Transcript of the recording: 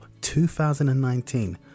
2019